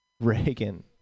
Reagan